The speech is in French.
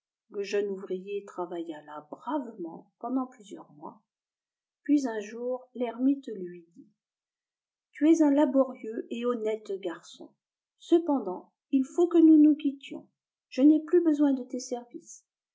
le jeune ouvrier travailla là bravement pendant plusieurs mois puis un jour l'ermite lui dit tu es un laborieux et honnête garçon cependant il faut que nous nous quittions je n'ai plus besoin de tes services